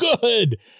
Good